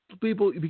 people